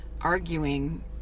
arguing